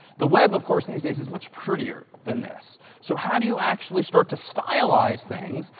the web of course these days is much prettier than this. so how do you actually start to stylize things?